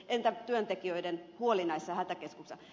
entä työntekijöiden huoli näissä hätäkeskuksissa